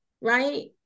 right